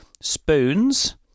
spoons